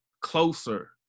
closer